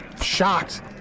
shocked